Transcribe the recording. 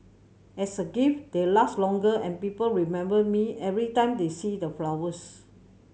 as a gift they last longer and people remember me every time they see the flowers